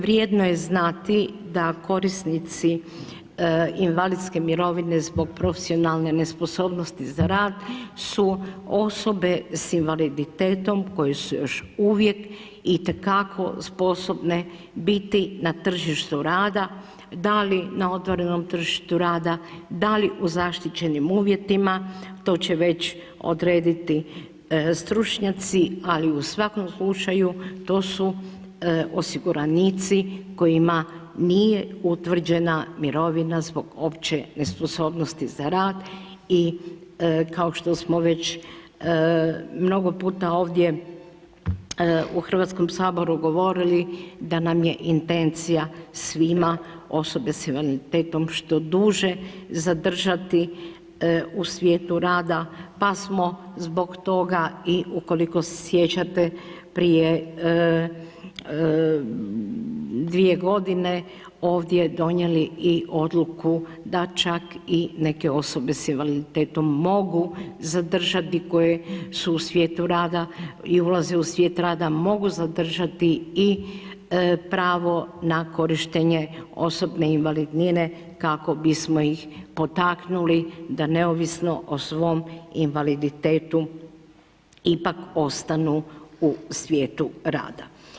Vrijedno je znati da korisnici invalidske mirovine zbog profesionalne nesposobnosti za rad su osobe s invaliditetom koje su još uvijek itekako sposobne biti na tržištu rada, da li na otvorenom tržištu rada, da li u zaštićenim uvjetima, to će već odrediti stručnjaci, ali u svakom slučaju, to su osiguranici kojima nije utvrđena mirovina zbog opće nesposobnosti za rad i kao što smo već mnogo puta ovdje u Hrvatskom saboru govorili da nam je intencija svima, osobe s invaliditetom što duže zadržati u svijetu rada, pa smo zbog toga i ukoliko se sjećate, prije dvije godine ovdje donijeli i odluku da čak i neke osobe s invaliditetom mogu zadržati koje su u svijetu rada i ulaze u svijet rada mogu zadržati i pravo na korištenje osobne invalidnine kako bismo ih potaknuli da neovisno o svom invaliditetu ipak ostanu u svijetu rada.